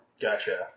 Gotcha